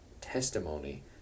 testimony